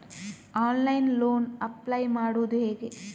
Online loan apply ಮಾಡುವುದು ಹೇಗೆ?